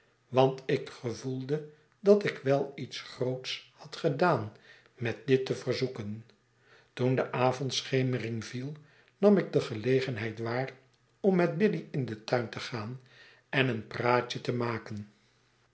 want ik gevoplde dat ik wel iets groots had gedaan met dit te verzoeken toen de avondschemering viel nam ik de gelegenheid waar om met biddy in den tuin te gaan en een praatje te maken